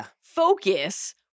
focus